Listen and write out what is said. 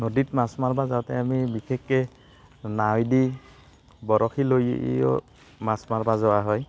নদীত মাছ মাৰিব যাওঁতে আমি বিশেষকৈ নাৱেদি বৰশীলৈয়ো মাছ মাৰিব যোৱা হয়